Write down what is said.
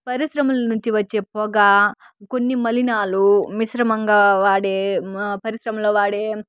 పరిశ్రమల నుంచి వచ్చే పొగ కొన్ని మలినాలు మిశ్రమంగా వాడే పరిశ్రమలు వాడే